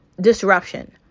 disruption